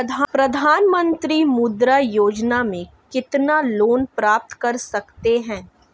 प्रधानमंत्री मुद्रा योजना में कितना लोंन प्राप्त कर सकते हैं?